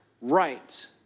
right